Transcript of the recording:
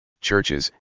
churches